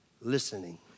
listening